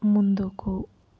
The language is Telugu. ముందుకు